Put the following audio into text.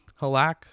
Halak